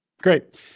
great